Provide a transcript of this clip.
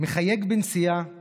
// מחייג בנסיעה /